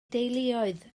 deuluoedd